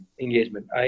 engagement